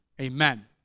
Amen